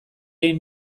egin